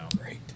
great